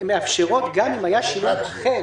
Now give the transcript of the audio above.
גם אם היה שינוי אחר